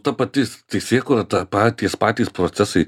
ta patis teisėkūra tą patys patys procesai